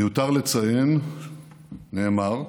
מיותר לציין, נאמר,